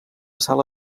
sala